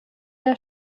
der